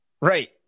Right